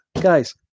guys